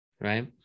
Right